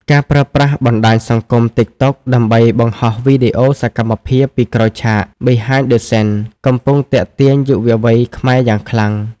ការប្រើប្រាស់បណ្ដាញសង្គម TikTok ដើម្បីបង្ហោះវីដេអូសកម្មភាពពីក្រោយឆាក (Behind the Scenes) កំពុងទាក់ទាញយុវវ័យខ្មែរយ៉ាងខ្លាំង។